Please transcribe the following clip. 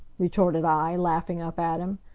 retorted i, laughing up at him,